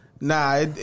Nah